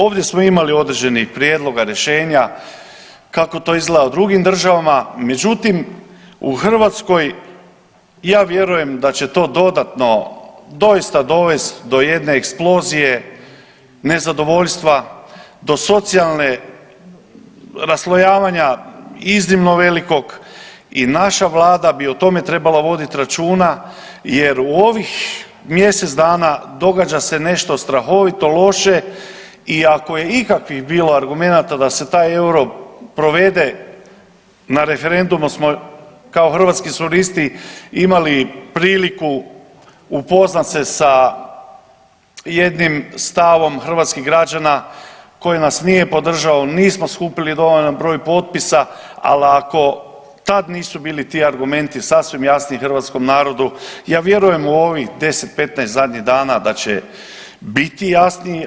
Ovdje smo imali određenih prijedloga rješenja kako to izgleda u drugim državama, međutim u Hrvatskoj ja vjerujem da će to dodatno doista dovest do jedne eksplozije nezadovoljstva, do socijalne raslojavanja iznimno velikog i naša Vlada bi o tome trebala voditi računa jer u ovih mjesec dana događa se nešto strahovito loše i ako je ikakvih bilo argumenata da se taj euro provede na referendumu smo kao Hrvatski suverenisti imali priliku upoznat se sa jednim stavom hrvatskih građana koje nas nije podržao, nismo skupili dovoljan broj potpisa, ali ako tad nisu bili ti argumenti sasvim jasni hrvatskom narodu, ja vjerujem u ovih 10, 15 dana da će biti jasniji.